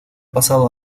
pasado